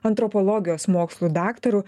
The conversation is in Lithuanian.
antropologijos mokslų daktaru